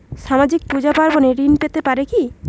সামাজিক পূজা পার্বণে ঋণ পেতে পারে কি?